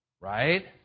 Right